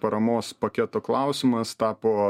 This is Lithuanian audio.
paramos paketo klausimas tapo